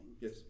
Yes